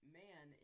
man